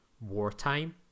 wartime